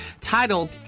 Titled